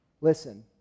Listen